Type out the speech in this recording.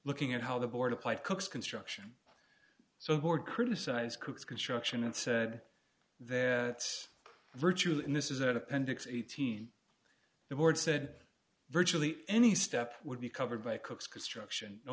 looking at how the board applied cooke's construction so board criticize cooks construction and said that virtue in this is that appendix eighteen the board said virtually any step would be covered by cooks construction no